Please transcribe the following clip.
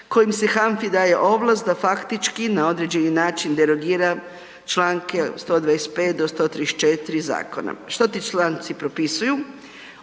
kojim se HANFA-i daje ovlast da faktički na određeni način derogira čl. 125. do 134. zakona. Što ti članci propisuju?